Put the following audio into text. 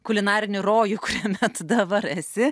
kulinarinį rojų kuriame tu dabar esi